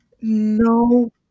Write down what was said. No